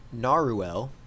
Naruel